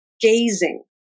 gazing